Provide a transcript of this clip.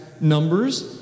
numbers